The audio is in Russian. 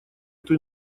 эту